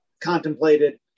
contemplated